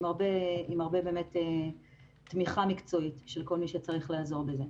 עם הרבה תמיכה מקצועית של כל מי שיכול לעזור בזה.